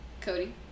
Cody